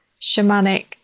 shamanic